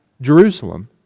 Jerusalem